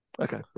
Okay